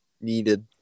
needed